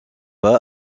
pas